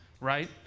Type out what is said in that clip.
right